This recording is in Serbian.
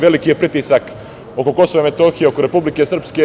Veliki je pritisak oko Kosova i Metohije, oko Republike Srpske.